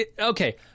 Okay